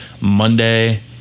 Monday